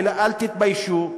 אל תתביישו,